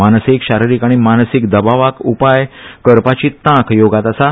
मानसीक शारीरीक आनी मानसीक दबावाक उपाय करपाची तांक योगांत आसा